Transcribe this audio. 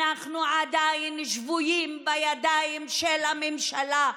אנחנו עדיין שבויים בידיים של הממשלה,